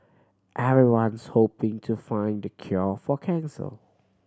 everyone's hoping to find the cure for cancer